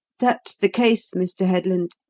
that's the case, mr. headland.